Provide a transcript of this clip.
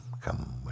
come